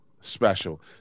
special